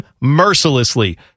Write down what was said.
mercilessly